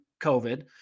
COVID